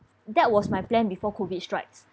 that was my plan before COVID strikes